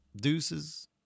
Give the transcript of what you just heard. Deuces